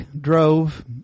drove